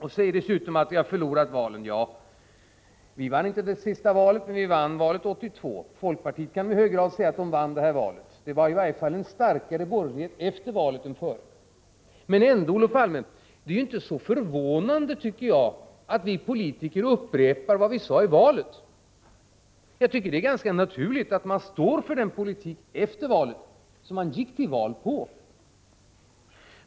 Dessutom sade han att vi har förlorat valet. Ja, vi vann inte det senaste valet, men vi vann valet 1982. I folkpartiet kan man i hög grad säga att man vann det här valet. Det fanns i varje fall en starkare borgerlighet efter valet än före. Men, Olof Palme, jag tycker inte det är så förvånande att vi politiker upprepar vad vi sade inför valet. Jag tycker det är naturligt att man efter valet står för den politik som man gick till val på!